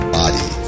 body